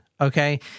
Okay